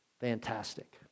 fantastic